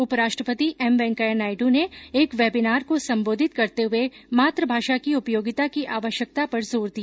उपराष्ट्रपति एम वैंकेया नायड् ने एक वेबिनार को संबोधित करते हये मातुभाषा की उपयोगिता की आवश्यकता पर जोर दिया